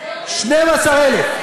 זה אומר תלונות שווא?